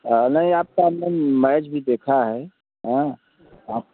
नही आपका ma'am match भी देखा है आप